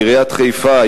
עיריית חיפה,